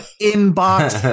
in-box